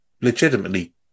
legitimately